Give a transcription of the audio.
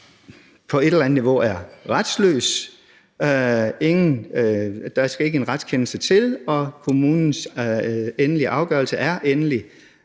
på et eller andet niveau er retsløs. Der skal ikke en retskendelse til, og kommunens endelige afgørelse er endelig